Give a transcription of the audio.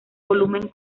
volumen